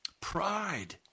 pride